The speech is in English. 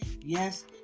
yes